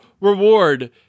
reward